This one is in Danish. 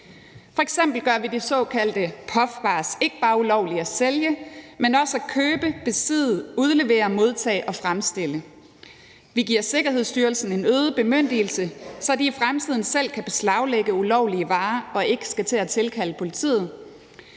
F.eks. gør vi de såkaldte puffbars ulovlige ikke bare at sælge, men også at købe, besidde, udlevere, modtage og fremstille. Vi giver Sikkerhedsstyrelsen en øget bemyndigelse, så de i fremtiden selv kan beslaglægge ulovlige varer og ikke skal til at tilkalde politiet.